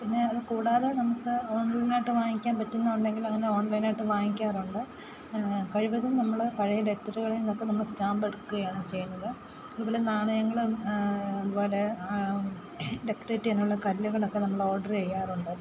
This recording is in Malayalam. പിന്നെ അത് കൂടാതെ നമുക്ക് ഓൺലൈനായിട്ട് വാങ്ങിക്കാൻ പറ്റുന്ന ഉണ്ടെങ്കിൽ അങ്ങനെ ഓൺലൈനായിട്ട് വാങ്ങിക്കാറുണ്ട് കഴിവതും നമ്മൾ പഴയ ലെറ്ററുകളിൽ നിന്നൊക്കെ നമ്മൾ സ്റ്റാമ്പ് എടുക്കുകയാണ് ചെയ്യുന്നത് അതുപോലെ നാണയങ്ങൾ അതുപോലെ ഡെക്കറേറ്റ് ചെയ്യാനുള്ള കല്ലുകളൊക്കെ നമ്മൾ ഓഡർ ചെയ്യാറുണ്ട്